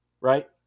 right